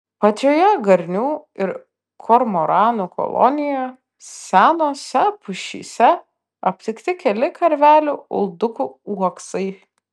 pačioje garnių ir kormoranų kolonijoje senose pušyse aptikti keli karvelių uldukų uoksai